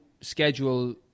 schedule